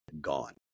gone